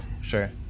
sure